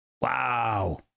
Wow